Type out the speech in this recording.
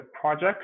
project